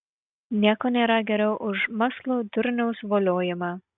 nieko nėra geriau už mąslų durniaus voliojimą